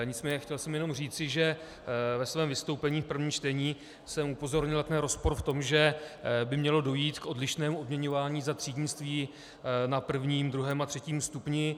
Nicméně chtěl jsem jenom říci, že ve svém vystoupení v prvním čtení jsem upozornil na rozpor v tom, že by mělo dojít k odlišnému odměňování za třídnictví na prvním, druhém a třetím stupni.